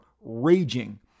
raging